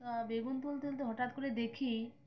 তা বেগুন তুলতে তুলতে হঠাৎ করে দেখি